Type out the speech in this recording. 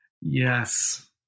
yes